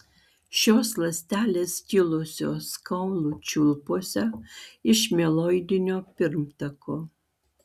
šios ląstelės kilusios kaulų čiulpuose iš mieloidinio pirmtako